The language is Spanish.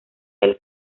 del